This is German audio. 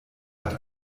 hat